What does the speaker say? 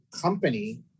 company